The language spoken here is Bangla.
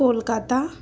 কলকাতা